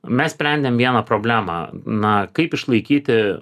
mes sprendėm vieną problemą na kaip išlaikyti